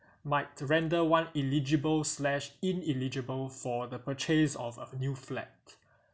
might render one eligible slash ineligible for the purchase of a new flat